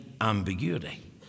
Ambiguity